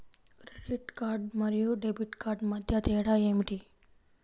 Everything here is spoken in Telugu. క్రెడిట్ కార్డ్ మరియు డెబిట్ కార్డ్ మధ్య తేడా ఏమిటి?